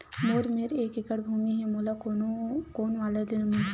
मोर मेर एक एकड़ भुमि हे मोला कोन वाला ऋण मिलही?